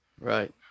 Right